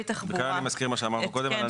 וכאן אני מזכיר מה שאמרנו קודם.